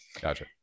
Gotcha